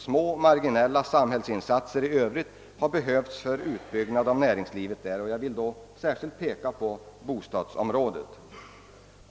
Små, marginella samhällsinsatser i övrigt har behövts för utbyggnad av näringslivet där; jag vill särskilt peka på bostadsområdet.